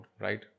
right